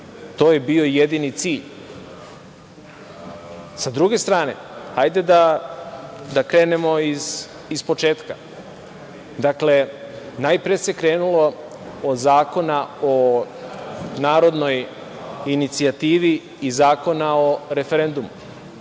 To je bio jedini cilj.S druge strane, hajde da krenemo ispočetka. Najpre se krenulo od Zakona o narodnoj inicijativi i Zakona o referendumu,